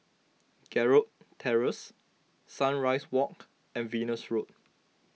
Gerald Terrace Sunrise Walk and Venus Road